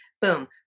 boom